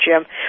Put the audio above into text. Jim